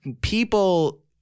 people